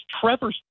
Trevor